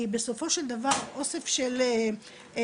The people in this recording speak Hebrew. היא בסופו של דבר אוסף של תמונות,